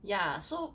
ya so